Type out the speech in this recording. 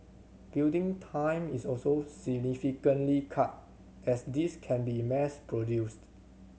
building time is also significantly cut as these can be mass produced